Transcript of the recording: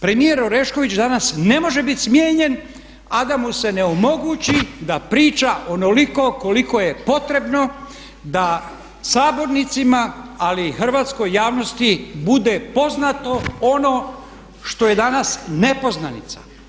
Premijer Orešković danas ne može biti smijenjen a da mu se ne omogući da priča onoliko koliko je potrebno da sabornicima ali i hrvatskoj javnosti bude poznato ono što je danas nepoznanica.